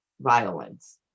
violence